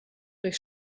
durch